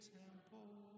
temple